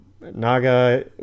Naga